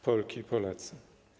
Polki i Polacy!